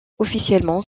officiellement